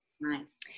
Nice